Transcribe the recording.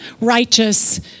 righteous